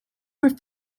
were